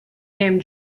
name